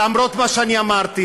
אבל למרות מה שאמרתי,